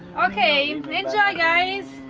okay enjoy guys,